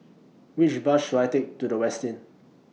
Which Bus should I Take to The Westin